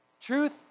Truth